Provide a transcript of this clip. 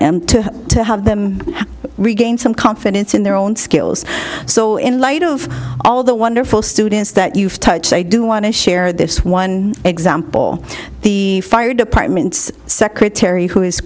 to have them regain some confidence in their own skills so in light of all the wonderful students that you've touched i do want to share this one example the fire department secretary who is